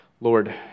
Lord